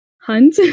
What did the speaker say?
hunt